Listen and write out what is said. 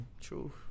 True